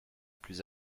plus